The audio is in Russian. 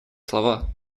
слова